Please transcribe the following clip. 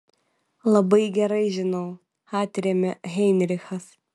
labai gerai žinau atrėmė heinrichas